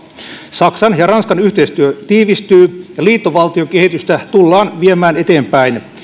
saksan ja ranskan yhteistyö tiivistyy ja liittovaltiokehitystä tullaan viemään eteenpäin